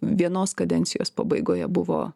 vienos kadencijos pabaigoje buvo